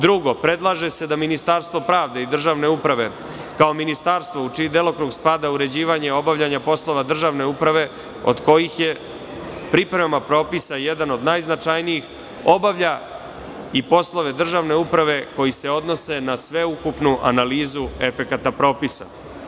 Drugo, predlaže da Ministarstvo pravde i državne uprave, kao ministarstvo, u čiji delokrug spada uređivanje obavljanja poslova državne uprave, od kojih je priprema propisa jedan od najznačajnijih obavlja i poslove državne uprave koji se odnose na sveukupnu analizu efekata propisa.